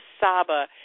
Saba